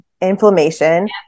inflammation